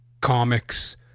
comics